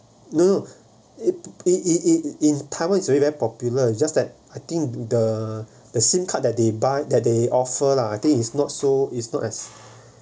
no no in in in in in taiwan is very very popular just that I think the the same card that they buy that they offer lah I think is not so is not as